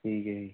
ਠੀਕ ਹੈ ਜੀ